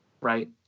right